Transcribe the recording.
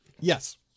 Yes